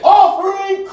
offering